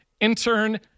Intern